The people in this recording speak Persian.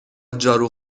جارو